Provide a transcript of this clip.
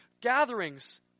gatherings